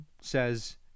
says